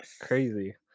crazy